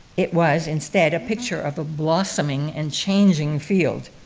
it was instead a picture of a blossoming and changing field.